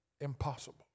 impossible